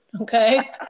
Okay